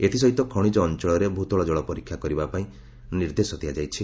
ଏଥି ସହିତ ଖଣିଜ ଅଞ୍ଞଳରେ ଭୂତଳ ଜଳ ପରୀକ୍ଷା କରିବା ପାଇଁ ନିର୍ଦ୍ଦେଶ ଦିଆଯାଇଛି